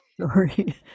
Sorry